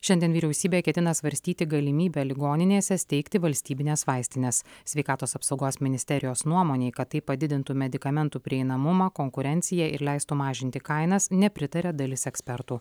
šiandien vyriausybė ketina svarstyti galimybę ligoninėse steigti valstybines vaistines sveikatos apsaugos ministerijos nuomonei kad tai padidintų medikamentų prieinamumą konkurenciją ir leistų mažinti kainas nepritaria dalis ekspertų